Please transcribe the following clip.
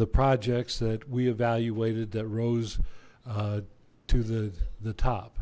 the projects that we evaluated that rose to the top